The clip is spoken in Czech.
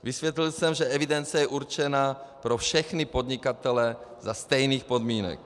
Vysvětlil jsem, že evidence je určena pro všechny podnikatele za stejných podmínek.